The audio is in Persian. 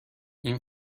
این